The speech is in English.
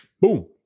Boom